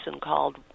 called